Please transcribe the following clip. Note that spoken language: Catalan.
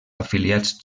afiliats